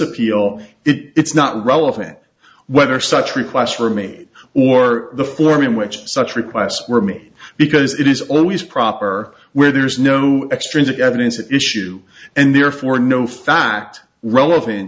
appeal it it's not relevant whether such requests for me or the form in which such requests were me because it is always proper where there's no extrinsic evidence at issue and therefore no fact relevant